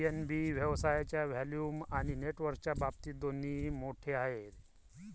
PNB व्यवसायाच्या volume आणि नेटवर्कच्या बाबतीत दोन्ही मोठे आहे